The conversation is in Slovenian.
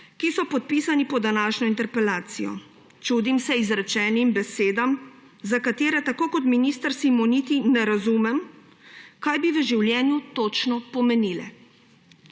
ki so podpisani pod današnjo interpelacijo. Čudim se izrečenim besedam, za katere tako kot minister Simoniti ne razumem, kaj bi v življenju točno pomenile.